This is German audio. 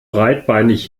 breitbeinig